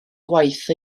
gwaith